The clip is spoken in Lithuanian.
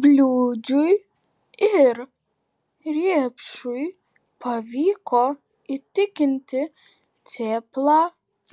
bliūdžiui ir riepšui pavyko įtikinti cėplą